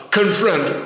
confront